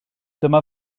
dyma